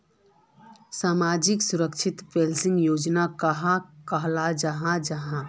सामाजिक सुरक्षा पेंशन योजना कहाक कहाल जाहा जाहा?